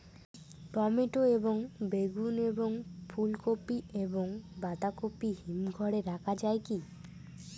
Tomato এবং বেগুন এবং ফুলকপি এবং বাঁধাকপি হিমঘরে রাখা যায় কি?